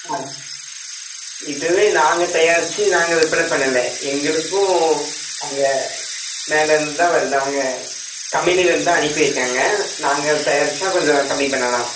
ஆ இதுவே நாங்கள் தயாரித்து நாங்கள் விற்பனை பண்ணலை எங்களுக்கும் அங்கே மேலிருந்து தான் வருது அவங்க கம்பெனிலிருந்து தான் அனுப்பி வைக்கிறாங்க நாங்கள் தயாரித்தா கொஞ்சம் கம்மி பண்ணலாம்